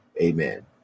amen